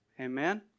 Amen